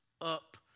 up